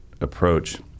approach